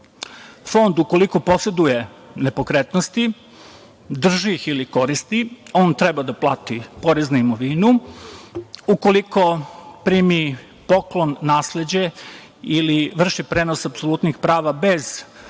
Jer, ukoliko fond poseduje nepokretnosti, drži ih ili koristi, on treba da plati porez na imovinu. Ukoliko primi poklon, nasleđe ili vrši prenos apsolutnih prava bez